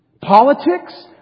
Politics